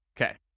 Okay